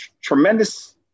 tremendous